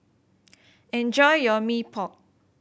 enjoy your Mee Pok